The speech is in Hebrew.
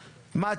מה,